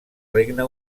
regne